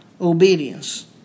obedience